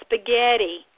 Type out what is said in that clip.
spaghetti